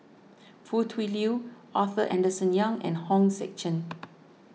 Foo Tui Liew Arthur Henderson Young and Hong Sek Chern